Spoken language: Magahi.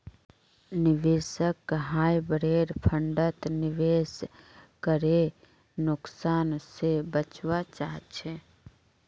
निवेशक हाइब्रिड फण्डत निवेश करे नुकसान से बचवा चाहछे